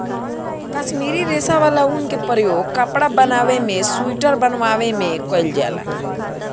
काश्मीरी रेशा वाला ऊन के प्रयोग कपड़ा बनावे में सुइटर बनावे में कईल जाला